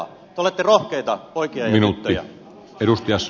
te olette rohkeita poikia ja tyttöjä